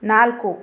ನಾಲ್ಕು